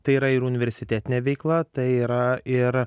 tai yra ir universitetinė veikla tai yra ir